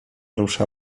rusza